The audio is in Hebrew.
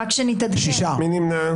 מי נמנע?